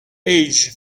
age